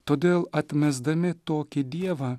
todėl atmesdami tokį dievą